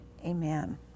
amen